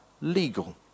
legal